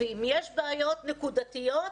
ואם יש בעיות נקודתיות,